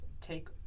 take